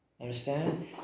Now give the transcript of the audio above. Understand